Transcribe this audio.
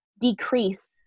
decrease